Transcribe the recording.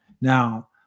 Now